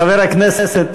חבר הכנסת